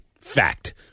Fact